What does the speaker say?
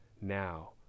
now